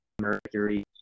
Mercury